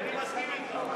אני מסכים אתך.